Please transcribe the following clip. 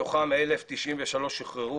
מתוכם 1,093 שוחררו.